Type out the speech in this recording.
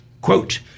Quote